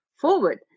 forward